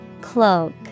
cloak